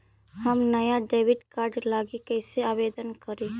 हम नया debit card लागी कईसे आवेदन करी?